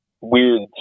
weird